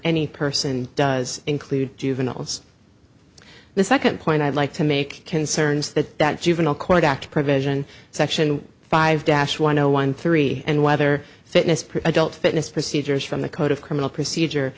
any person does include juveniles the second point i'd like to make concerns that that juvenile court act provision section five dash one zero one three and whether fitness adult fitness procedures from the code of criminal procedure